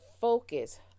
focus